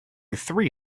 three